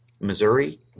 Missouri